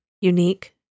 Unique